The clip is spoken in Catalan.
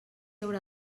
haurà